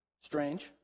Strange